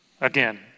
again